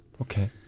Okay